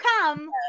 come